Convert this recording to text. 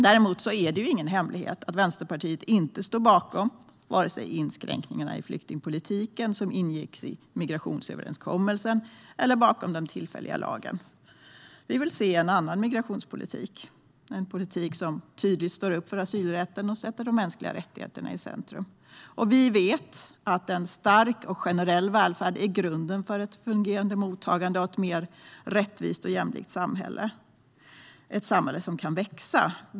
Däremot är det ingen hemlighet att Vänsterpartiet inte står bakom vare sig de inskränkningar i flyktingpolitiken som ingicks i migrationsöverenskommelsen eller den tillfälliga lagen. Vi vill se en annan migrationspolitik - en politik som står upp för asylrätten och sätter de mänskliga rättigheterna i centrum. Vi vet att en stark och generell välfärd är grunden för ett fungerande mottagande och ett mer rättvist och jämlikt samhälle - ett samhälle som kan växa.